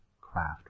craft